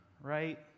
right